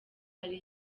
hari